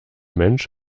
mensch